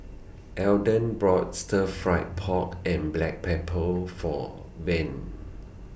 Ayden bought Stir Fried Pork and Black Pepper For Vern